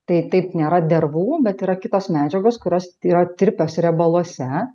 tai taip nėra dervų bet yra kitos medžiagos kurios yra tirpios riebaluose